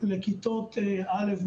לכיתות א',